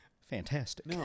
Fantastic